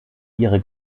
ihre